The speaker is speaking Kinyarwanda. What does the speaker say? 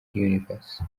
universe